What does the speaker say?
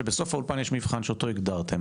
ובסוף האולפן יש מבחן שאותו הגדרתם,